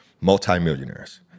multimillionaires